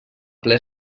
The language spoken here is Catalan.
ple